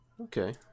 Okay